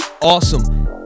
Awesome